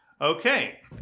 Okay